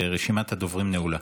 רשימת הדוברים נעולה.